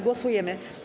Głosujemy.